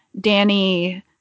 Danny